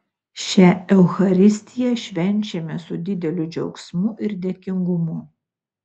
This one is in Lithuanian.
šią eucharistiją švenčiame su dideliu džiaugsmu ir dėkingumu